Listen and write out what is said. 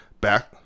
back